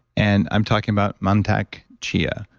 and i'm talking about mantak chia,